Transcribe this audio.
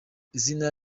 izina